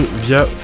via